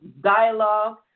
dialogue